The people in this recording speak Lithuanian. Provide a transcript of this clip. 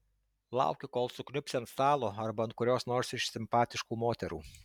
lauki kol sukniubsi ant stalo arba ant kurios nors iš simpatiškų moterų